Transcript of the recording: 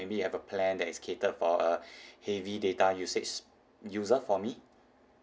maybe you have a plan that is catered for a heavy data usage user for me